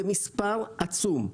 זה מספר עצום.